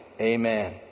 Amen